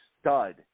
stud